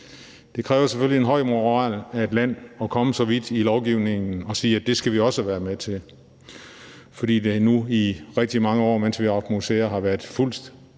Det kræver selvfølgelig en høj moral af et land at komme så vidt i lovgivningen i forhold til sige, at det skal vi også være med til, fordi det nu i rigtig mange år, mens vi har haft museer, har været fuldt